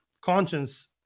conscience